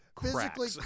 physically